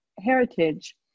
heritage